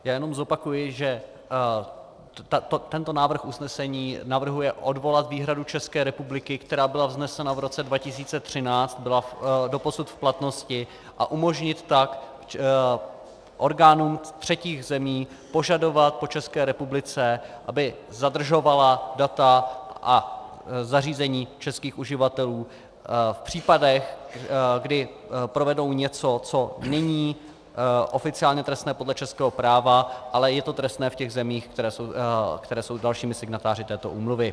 Jenom zopakuji, že tento návrh usnesení navrhuje odvolat výhradu České republiky, která byla vznesena v roce 2013, byla doposud v platnosti, a umožnit tak orgánům třetích zemí požadovat po České republice, aby zadržovala data a zařízení českých uživatelů v případech, kdy provedou něco, co není oficiálně trestné podle českého práva, ale je to trestné v zemích, které jsou dalšími signatáři této úmluvy.